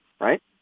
right